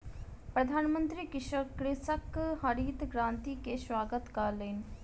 प्रधानमंत्री कृषकक हरित क्रांति के स्वागत कयलैन